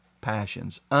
passions